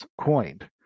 coined